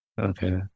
Okay